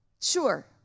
Sure